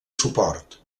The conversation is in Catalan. suport